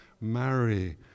marry